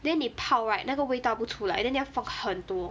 then 你泡 right 那个味道不出来 then 你要放很多